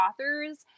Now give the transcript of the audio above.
authors